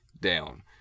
down